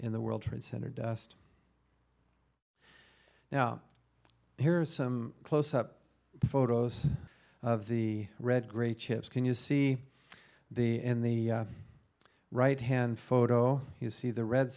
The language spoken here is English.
in the world trade center dust now there are some close up photos of the red great chips can you see the in the right hand photo you see the red